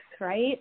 Right